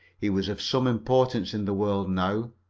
he was of some importance in the world now,